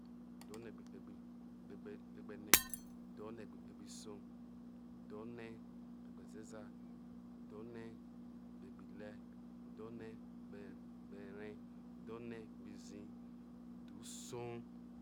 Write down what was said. Udhone gbe ikpegbi kpege ne udhone gbe ikpegbiso udhone kpegezezai udhone kpegbihre udhone gberee udhone gbizii udhuso.